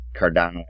Cardano